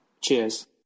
Cheers